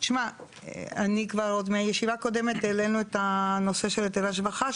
אני כבר עוד מהישיבה הקודמת שהעלינו את הנושא של היטל השבחה,